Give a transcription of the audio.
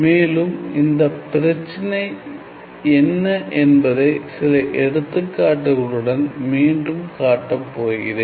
மேலும் இந்தப் பிரச்சினை என்ன என்பதை சில எடுத்துக்காட்டுகளுடன் மீண்டும் காட்டப் போகிறேன்